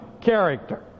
character